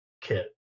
kit